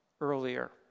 earlier